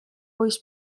voice